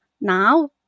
now